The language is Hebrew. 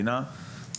אדוני היושב-ראש,